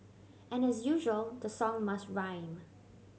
and as usual the song must rhyme